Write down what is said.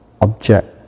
object